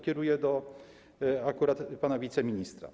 Kieruję to akurat do pana wiceministra.